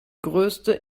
größte